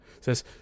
says